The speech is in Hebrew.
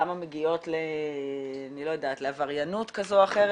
כמה מגיעות לעבריינות כזו או אחרת.